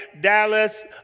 Dallas